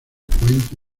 cuento